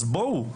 אז בואו,